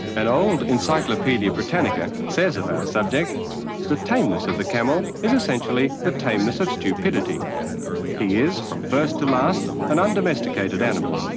an old encyclopedia brittanica says of our subject the tameness of the camel is essentially the tameness of stupidity. he is first to last, an undomesticated animal,